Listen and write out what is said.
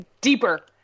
deeper